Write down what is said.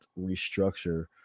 restructure